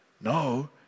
No